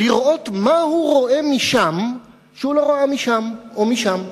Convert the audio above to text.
לראות מה הוא רואה משם שהוא לא ראה משם או משם.